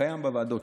קיים בוועדות,